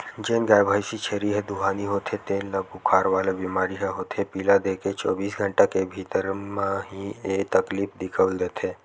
जेन गाय, भइसी, छेरी ह दुहानी होथे तेन ल बुखार वाला बेमारी ह होथे पिला देके चौबीस घंटा के भीतरी म ही ऐ तकलीफ दिखउल देथे